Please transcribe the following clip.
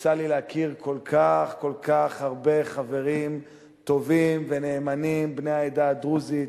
יצא לי להכיר כל כך כל כך הרבה חברים טובים ונאמנים בני העדה הדרוזית,